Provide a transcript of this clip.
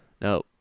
No